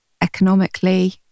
economically